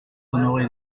honoré